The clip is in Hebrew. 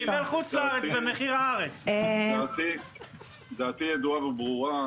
דעתי ידועה וברורה.